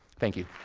thank you.